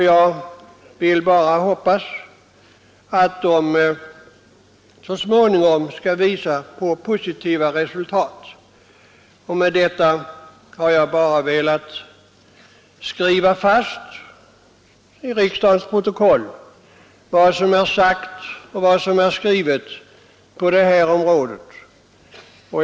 Jag vill bara hoppas att de så småningom leder till positiva resultat. Med detta har jag bara velat skriva in i riksdagens protokoll vad som har sagts och skrivits i denna fråga.